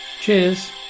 Cheers